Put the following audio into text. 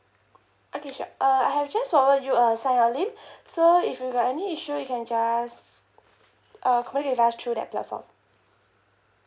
okay sure uh I have just forward you a sign so if you got any issues you can just uh connect with us through that platform